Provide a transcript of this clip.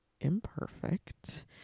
imperfect